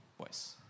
voice